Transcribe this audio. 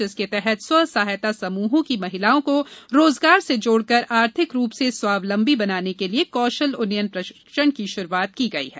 जिसके तहत स्व सहायता समूहों की महिलाओ को रोजगार से जोड़कर आर्थिक रूप से स्वावलंबी बनाने के लिए कौशल उन्नयन प्रशिक्षण की शुरूआत की गई है